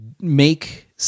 make